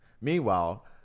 Meanwhile